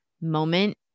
moment